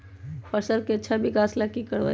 फसल के अच्छा विकास ला की करवाई?